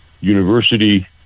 university